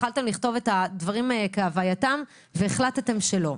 יכולתם לכתוב את הדברים כהווייתם והחלטתם שלא.